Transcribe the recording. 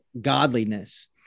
godliness